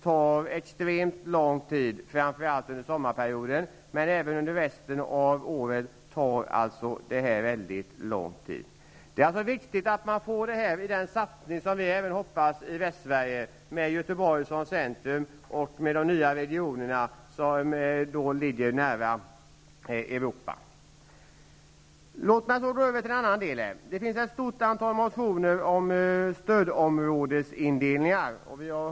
Det gäller hela året men framför allt under sommarperioden. Det är alltså viktigt att man får med dessa saker i samband med den satsning som vi i Västsverige hoppas på -- med Göteborg som centrum och med de nya regionerna nära Europa. Så övergår jag till ett annat avsnitt. Det finns ju ett stort antal motioner om stödområdesindelningen.